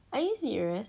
are you serious